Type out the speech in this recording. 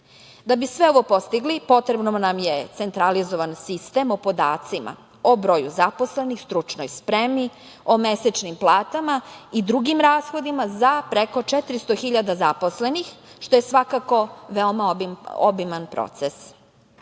bi sve ovo postigli potreban nam je centralizovan sistem o podacima, o broju zaposlenih, stručnoj spremi, o mesečnim platama i drugim rashodima, za preko 400 hiljada zaposlenih, što je svakako, veoma obiman proces. Kao